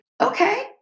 okay